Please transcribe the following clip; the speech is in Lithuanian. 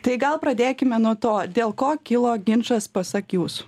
tai gal pradėkime nuo to dėl ko kilo ginčas pasak jūsų